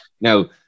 Now